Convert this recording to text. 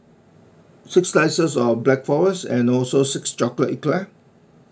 six slices of black forest and also six chocolate eclair